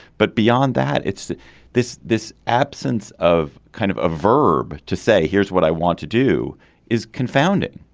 but beyond that it's this this absence of kind of a verb to say here's what i want to do is confound it